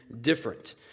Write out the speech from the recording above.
different